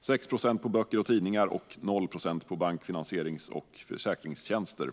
6 procent på böcker och tidningar och 0 procent på bank, finansierings och försäkringstjänster.